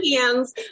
hands